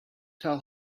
tell